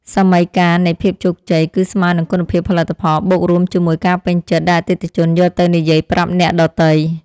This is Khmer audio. សមីការនៃភាពជោគជ័យគឺស្មើនឹងគុណភាពផលិតផលបូករួមជាមួយការពេញចិត្តដែលអតិថិជនយកទៅនិយាយប្រាប់អ្នកដទៃ។